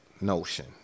notion